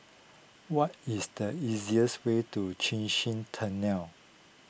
what is the easiest way to Chin Swee Tunnel